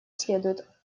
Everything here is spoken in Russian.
следует